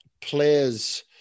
players